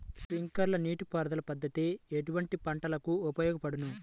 Sprinkler నీటిపారుదల పద్దతి ఎటువంటి పంటలకు ఉపయోగపడును?